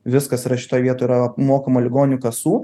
viskas yra šitoj vietoj yra apmokama ligonių kasų